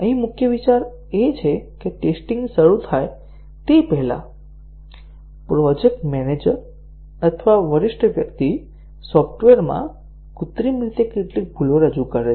અહીં મુખ્ય વિચાર એ છે કે ટેસ્ટીંગ શરૂ થાય તે પહેલાં પ્રોજેક્ટ મેનેજર અથવા વરિષ્ઠ વ્યક્તિ સોફ્ટવેરમાં કૃત્રિમ રીતે કેટલીક ભૂલો રજૂ કરે છે